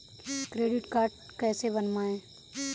Credit card कैसे बनवाएँ?